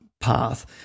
path